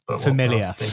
Familiar